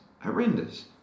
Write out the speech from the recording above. horrendous